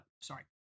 Sorry